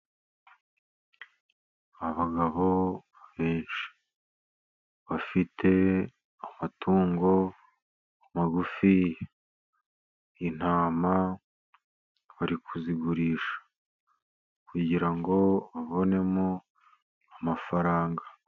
Abagabo benshi bafite amatungo magufi, intama bari kuzigurisha kugira ngo babonemo amafaranga.